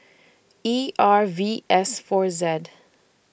E R V S four Z